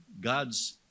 God's